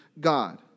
God